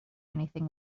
anything